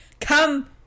come